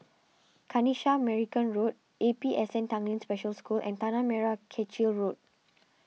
Kanisha Marican Road A P S N Tanglin Special School and Tanah Merah Kechil Road